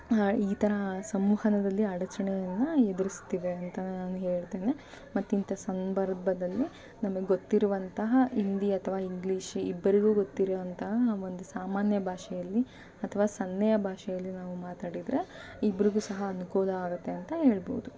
ಈ ಥರ ಸಂವಹನದಲ್ಲಿ ಅಡಚಣೆಯನ್ನು ಎದುರಿಸ್ತಿದೆ ಅಂತ ನಾನು ಹೇಳ್ತೀನಿ ಮತ್ತೆ ಇಂಥ ಸಂದರ್ಭದಲ್ಲಿ ನಮಗ್ ಗೊತ್ತಿರುವಂತಹ ಹಿಂದಿ ಅಥವಾ ಇಂಗ್ಲೀಷ್ ಇಬ್ಬರಿಗು ಗೊತ್ತಿರುವಂತಹ ಒಂದು ಸಾಮಾನ್ಯ ಭಾಷೆಯಲ್ಲಿ ಅಥವಾ ಸನ್ನೆಯ ಭಾಷೆಯಲ್ಲಿ ನಾವು ಮಾತಾಡಿದರೆ ಇಬ್ಬರಿಗು ಸಹ ಅನುಕೂಲ ಆಗುತ್ತೆ ಅಂತ ಹೇಳ್ಬೌದು